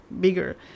bigger